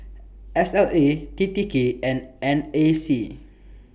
S L A T T K and N A C